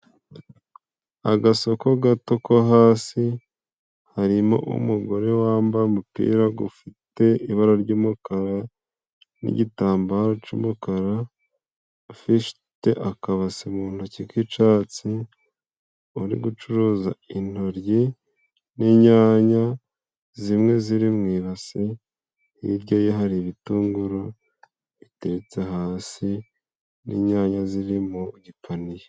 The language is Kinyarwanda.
Agasoko gato ko hasi harimo umugore wambaye umupira gufite ibara ry'umukara n'igitambaro c'umukara, afite akabase mu ntoki k'icatsi, uri gucuruza intoryi n'inyanya zimwe ziri mu ibasi. Hirya ye hari ibitunguru biteretse hasi n'inyanya ziri mu gipaniye.